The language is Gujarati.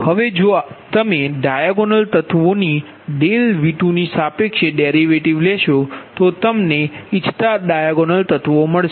હવે જો તમે ડાયાગોનલ તત્વો ની V2સાપેક્ષે ડેરિવેટિવ લેશો તો તમને ઇચ્છતા ડાયાગોનલ તત્વો મળશે